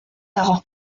dago